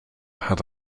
had